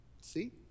See